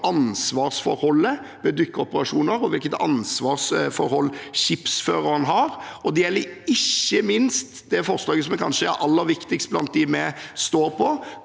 ansvarsforholdet ved dykkeoperasjoner og hvilket ansvarsforhold skipsføreren har, og det gjelder ikke minst det forslaget som kanskje er aller viktigst blant dem vi er med